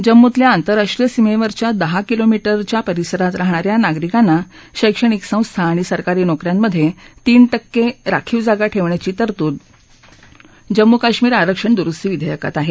जम्मूतल्या आंतरराष्ट्रीय सीमेवरच्या दहा किलोमीटरच्या परिसरात राहणा या नागरिकांना शैक्षणिक संस्था आणि सरकारी नोक यामधे तीन टक्के राखीव जागा ठेवण्याची तरतूद जम्मू कश्मीर आरक्षण दुरुस्ती विधेयकात आहे